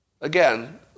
Again